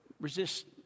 Resist